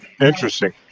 interesting